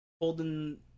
holding